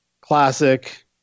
classic